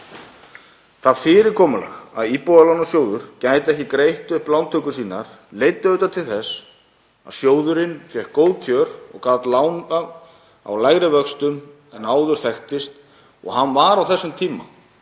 Það fyrirkomulag að Íbúðalánasjóður gæti ekki greitt upp lántökur sínar leiddi auðvitað til þess að sjóðurinn fékk góð kjör og gat lánað á lægri vöxtum en áður þekktist og hann var á þessum tíma